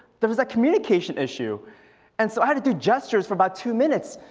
there was a communication issue and so i had to do gestures for about two minutes.